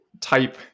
type